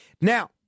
Now